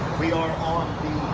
we are on